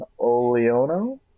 oleono